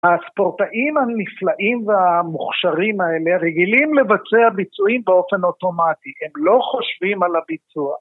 ‫הספורטאים הנפלאים והמוכשרים האלה ‫רגילים לבצע ביצועים באופן אוטומטי. ‫הם לא חושבים על הביצוע.